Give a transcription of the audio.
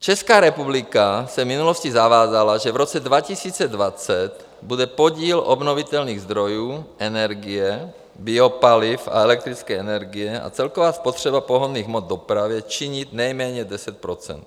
Česká republika se v minulosti zavázala, že v roce 2020 bude podíl obnovitelných zdrojů energie, biopaliv a elektrické energie a celková spotřeba pohonných hmot v dopravě činit nejméně 10 %.